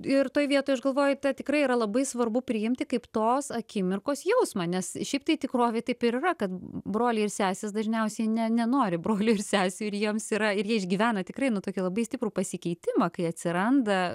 ir toj vietoj aš galvoju tai tikrai yra labai svarbu priimti kaip tos akimirkos jausmą nes šiaip tai tikrovėj taip ir yra kad broliai ir sesės dažniausiai ne nenori brolių ir sesių ir jiems yra ir jie išgyvena tikrai nu tokį labai stiprų pasikeitimą kai atsiranda